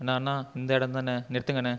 அண்ணா அண்ணா இந்த இடம்தாண்ணே நிறுத்துங்கண்ணே